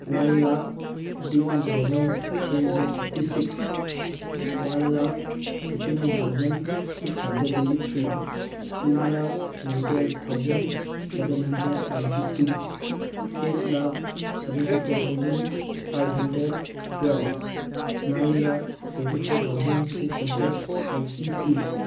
one lakh fifty one thousand three hundred fifty six one lakh fifty nine thousand six hundred twenty three two lakh ninety eight thousand seven hundred ninety two eight lakh seventy four thousand eight hundred twelve nine lakh twenty four thousand six hundred eighty two